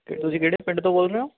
ਅਤੇ ਤੁਸੀਂ ਕਿਹੜੇ ਪਿੰਡ ਤੋਂ ਬੋਲ ਰਹੇ ਹੋ